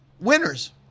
winners